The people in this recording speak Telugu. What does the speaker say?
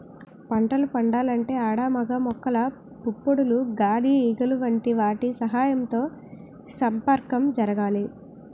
పంటలు పండాలంటే ఆడ మగ మొక్కల పుప్పొడులు గాలి ఈగలు వంటి వాటి సహాయంతో సంపర్కం జరగాలి